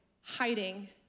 hiding